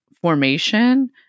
formation